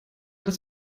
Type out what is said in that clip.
das